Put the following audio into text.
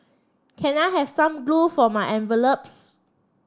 can I have some glue for my envelopes